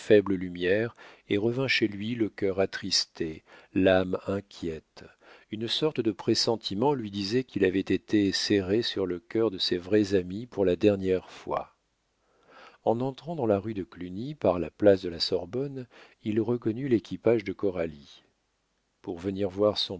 lumière et revint chez lui le cœur attristé l'âme inquiète une sorte de pressentiment lui disait qu'il avait été serré sur le cœur de ses vrais amis pour la dernière fois en entrant dans la rue de cluny par la place de la sorbonne il reconnut l'équipage de coralie pour venir voir son